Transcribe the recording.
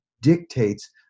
dictates